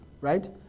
right